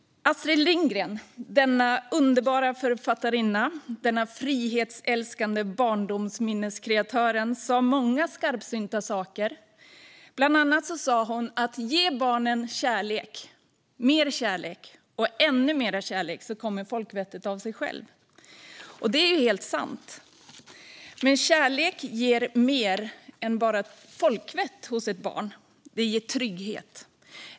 Astrid Lindgren, denna underbara författarinna och frihetsälskande barndomsminneskreatör, sa många skarpsynta saker. Bland annat sa hon: "Ge barnen kärlek, mera kärlek och ännu mera kärlek, så kommer folkvettet av sig själv." Och det är helt sant. Men kärlek ger mer än bara folkvett åt ett barn. Den ger trygghet.